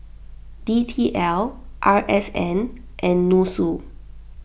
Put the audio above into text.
D T L R S N and Nussu